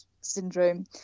syndrome